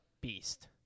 beast